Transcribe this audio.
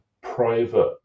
private